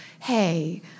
hey